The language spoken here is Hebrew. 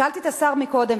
שאלתי את השר קודם,